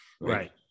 Right